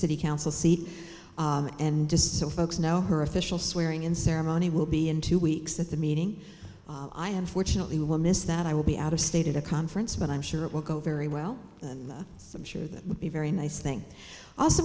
city council seat and disown folks now her official swearing in ceremony will be in two weeks at the meeting i unfortunately will miss that i will be out of state at a conference but i'm sure it will go very well and i'm sure that would be very nice thing also